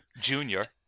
Junior